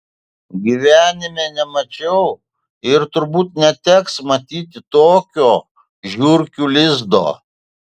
gyvenime nemačiau ir turbūt neteks matyti tokio žiurkių lizdo